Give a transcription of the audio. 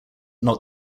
not